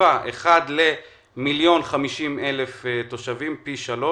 בחיפה 1 ל-1,050,000 תושבים פי 3,